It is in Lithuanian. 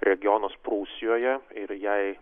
regionas prūsijoje ir jai